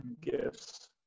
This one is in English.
gifts